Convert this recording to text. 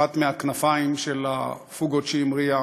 אחת מהכנפיים של הפוגות שהמריאו